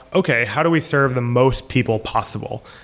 okay, how do we serve the most people possible?